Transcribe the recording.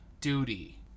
duty